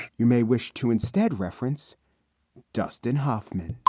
you may wish to instead reference dustin hoffman